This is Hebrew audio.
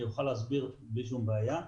אני אוכל להסביר בלי בעיה.